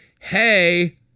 Hey